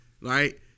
right